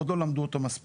עוד לא למדו אותו מספיק,